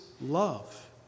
love